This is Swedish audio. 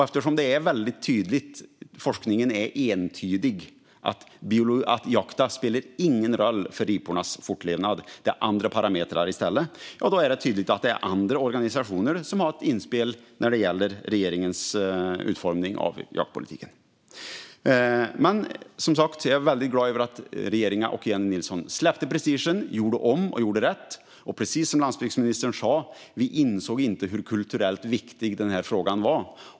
Eftersom forskningen är entydig om att jakten inte spelar någon roll för ripornas fortlevnad - det är andra parametrar som gäller - är det tydligt att andra organisationer har inflytande när det gäller regeringens utformning av jaktpolitiken. Jag är dock som sagt väldigt glad över att regeringen och Jennie Nilsson släppte prestigen, gjorde om och gjorde rätt. Precis som landsbygdsministern sa insåg de inte hur kulturellt viktig frågan var.